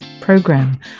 program